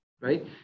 right